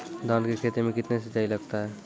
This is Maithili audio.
धान की खेती मे कितने सिंचाई लगता है?